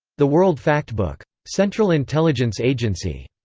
the world factbook. central intelligence agency.